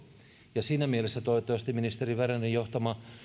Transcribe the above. ja siinä mielessä toivottavasti ministeri bernerin johtama